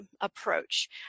approach